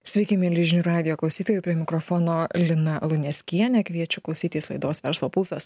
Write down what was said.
sveiki mieli žinių radijo klausytojai prie mikrofono lina luneckienė kviečiu klausytis laidos verslo pulsas